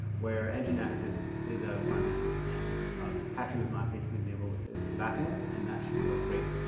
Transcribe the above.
where enginex is is a front end and apache with mod pagespeed enabled is the back end, and that should work great.